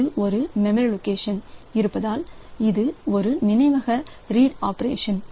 இது ஒரு லொகேஷன் இருப்பதால் இது ஒரு நினைவக ரீட் ஆப்ரேஷன்